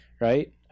right